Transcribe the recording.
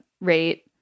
rate